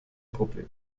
problem